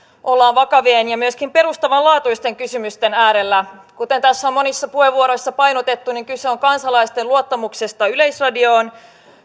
olemme vakavien ja myöskin perustavanlaatuisten kysymysten äärellä kuten tässä on monissa puheenvuoroissa painotettu niin kyse on kansalaisten luottamuksesta yleisradioon